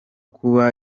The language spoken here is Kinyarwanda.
kuba